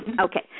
Okay